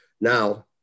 Now